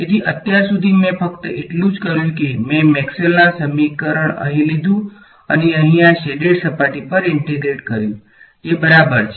તેથી અત્યાર સુધી મેં ફક્ત એટલું જ કર્યું કે મેં મેક્સવેલનું સમીકરણ અહીં લીધું અને અહીં આ શેડેડ સપાટી પર ઈંટેગ્રેટ કર્યું જે બરાબર છે